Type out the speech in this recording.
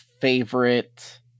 favorite